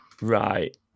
Right